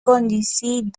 conduisit